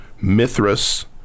Mithras